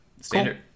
standard